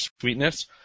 sweetness